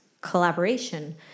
collaboration